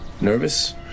Nervous